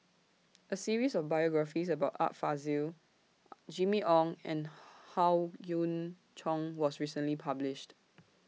A series of biographies about Art Fazil Jimmy Ong and Howe Yoon Chong was recently published